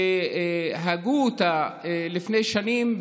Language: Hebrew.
הגו אותה לפני שנים,